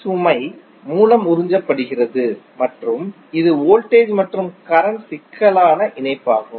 சுமை மூலம் உறிஞ்சப்படுகிறது மற்றும் இது வோல்டேஜ் மற்றும் கரண்ட் சிக்கலான இணைப்பாகும்